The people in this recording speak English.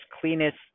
cleanest